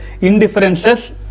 indifferences